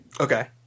Okay